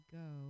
go